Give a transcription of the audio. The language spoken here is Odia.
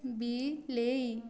ବିଲେଇ